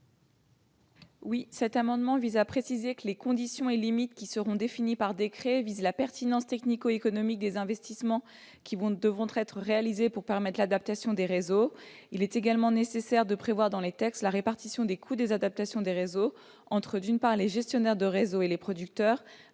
Cet amendement tend à préciser que les conditions et limites qui seront définies par décret visent la pertinence technico-économique des investissements qu'il faudra réaliser pour permettre l'adaptation des réseaux. Il est également nécessaire de prévoir dans les textes la répartition des coûts des adaptations des réseaux entre les gestionnaires de réseaux et les producteurs,